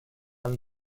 and